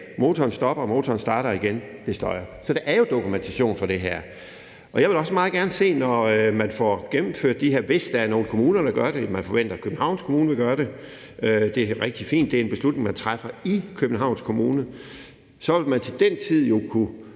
motoren stopper, og motoren starter igen. Det støjer. Så der er jo dokumentation for det. Jeg vil også meget gerne se det, når man får gennemført det, hvis der er nogen kommuner, der gør det. Man forventer, at Københavns Kommune vil gøre det. Det er rigtig fint. Det er en beslutning, man træffer i Københavns Kommune. Så vil man jo til den tid kunne